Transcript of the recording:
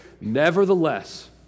Nevertheless